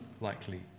likely